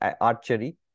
archery